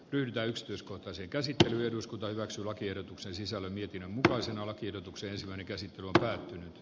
kyläyksityiskohtaiseen käsittelyyn eduskunta hyväksyi lakiehdotuksen sisällön ja mutkaisen olla kidutukseen samanikäisen ruoka a